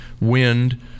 wind